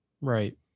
Right